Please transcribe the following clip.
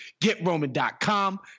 GetRoman.com